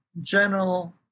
general